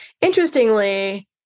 Interestingly